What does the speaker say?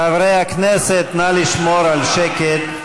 חברי הכנסת, נא לשמור על שקט.